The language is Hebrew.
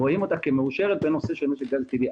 רואים אותה כמאושרת בנושא של משק הגז הטבעי.